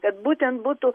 kad būtent būtų